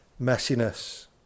messiness